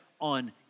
on